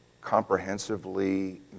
comprehensively